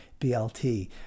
BLT